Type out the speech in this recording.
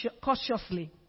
cautiously